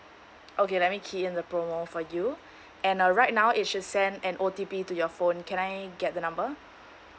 okay let me key in the promo for you and uh right now it should send an O_T_P to your phone can I get the number